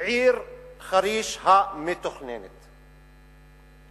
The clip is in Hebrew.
לעיר המתוכננת חריש.